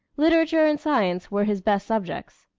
literature and science were his best subjects.